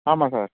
ஆமாம் சார்